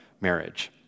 marriage